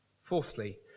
Fourthly